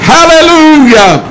Hallelujah